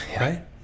right